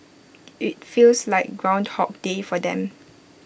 IT feels like groundhog day for them